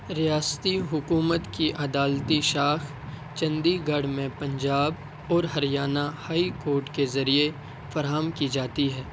ریاستی حکومت کی عدالتی شاخ چندی گڑھ میں پنجاب اور ہریانہ ہائی کورٹ کے ذریعے فراہم کی جاتی ہے